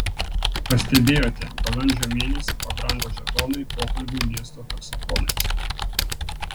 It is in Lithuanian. pastebėjote balandžio mėnesį pabrango žetonai pokalbiui miesto taksofonais